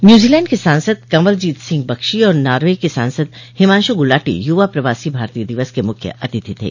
New Zealand के सांसद कंवल जीत सिंह बक्शी और नार्वे के सांसद हिमांशु गुलाटी युवा प्रवासी भारतीय दिवस के मूख्य अतिथि थे